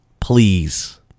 Please